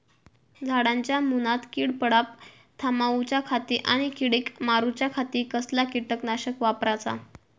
झाडांच्या मूनात कीड पडाप थामाउच्या खाती आणि किडीक मारूच्याखाती कसला किटकनाशक वापराचा?